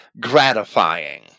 gratifying